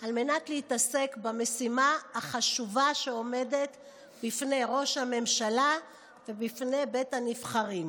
על מנת להתעסק במשימה החשובה שעומדת בפני ראש הממשלה ובפני בית הנבחרים.